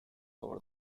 over